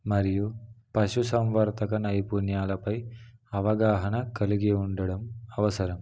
మరియు పశుసంవర్థక నైపుణ్యాలపై అవగాహన కలిగి ఉండడం అవసరం